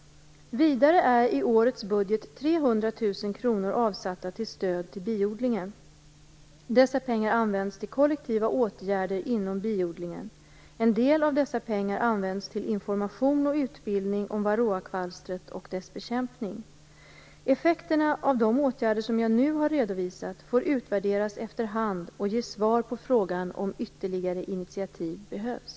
Vidare är i årets budget 300 000 kr avsatta till stöd till biodlingen. Dessa pengar används till kollektiva åtgärder inom biodlingen. En del används till information och utbildning om varroakvalstret och dess bekämpning. Effekterna av de åtgärder som jag nu har redovisat får utvärderas efter hand och ge svar på frågan om ytterligare initiativ behövs.